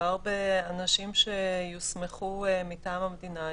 מדובר באנשים שיוסמכו מטעם המדינה,